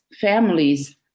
families